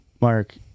mark